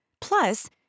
Plus